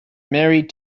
married